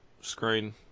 screen